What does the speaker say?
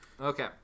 Okay